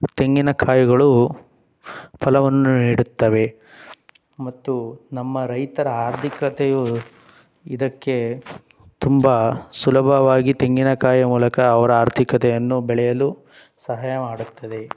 ತೆಂಗಿನಕಾಯಿಗಳು ಫಲವನ್ನು ನೀಡುತ್ತವೆ ಮತ್ತು ನಮ್ಮ ರೈತರ ಆರ್ಥಿಕತೆಯು ಇದಕ್ಕೆ ತುಂಬ ಸುಲಭವಾಗಿ ತೆಂಗಿನಕಾಯಿಯ ಮೂಲಕ ಅವರ ಆರ್ಥಿಕತೆಯನ್ನು ಬೆಳೆಯಲು ಸಹಾಯ ಮಾಡುತ್ತದೆ